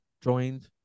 joined